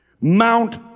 Mount